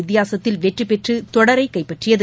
வித்தியாசத்தில் வெற்றிபெற்றுதொடரைகைப்பற்றியது